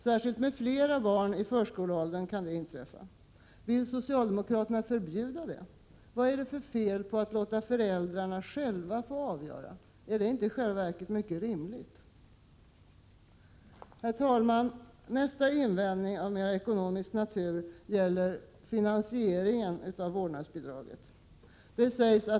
Särskilt med flera barn i förskoleåldern kan detta inträffa. Vill socialdemokraterna förbjuda det? Vad är det för fel med att låta föräldrarna själva få avgöra? Är det inte i själva verket mycket rimligt? Herr talman! Nästa invändning gäller finansieringen av vårdnadsbidraget.